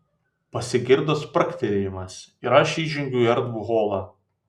pasigirdo spragtelėjimas ir aš įžengiau į erdvų holą